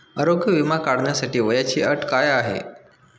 आरोग्य विमा काढण्यासाठी वयाची अट काय आहे?